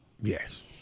yes